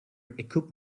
equipped